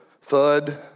Thud